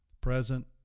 present